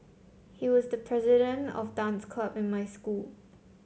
he was the president of dance club in my school